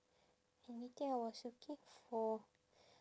anything I was looking for